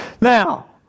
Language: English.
Now